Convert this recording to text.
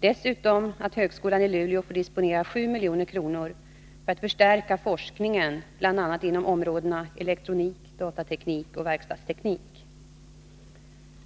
dessutom att högskolan i Luleå får disponera 7 milj.kr. för att förstärka forskningen inom bl.a. områdena elektronik, datateknik och verkstadsteknik.